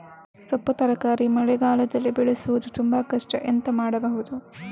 ಸೊಪ್ಪು ತರಕಾರಿ ಮಳೆಗಾಲದಲ್ಲಿ ಬೆಳೆಸುವುದು ತುಂಬಾ ಕಷ್ಟ ಎಂತ ಮಾಡಬಹುದು?